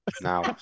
now